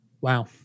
Wow